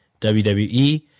WWE